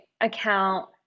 account